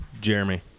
Jeremy